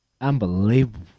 Unbelievable